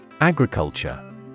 Agriculture